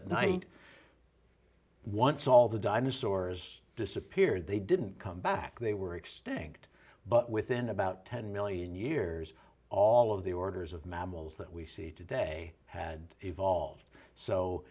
at night once all the dinosaurs disappeared they didn't come back they were extinct but within about ten million years all of the orders of mammals that we see today had evolved so